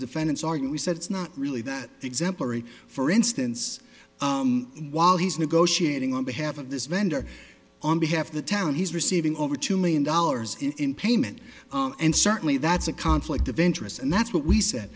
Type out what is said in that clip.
defendants argue we said it's not really that exemplary for instance while he's negotiating on behalf of this vendor on behalf of the town he's receiving over two million dollars in payment and certainly that's a conflict of interest and that's what we said